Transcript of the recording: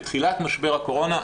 בתחילת משבר הקורונה,